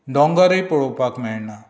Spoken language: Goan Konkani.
दोंगरय पळोवपाक मेळनात